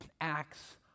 acts